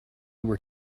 were